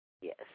Yes